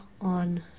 on